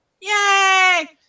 Yay